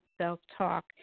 self-talk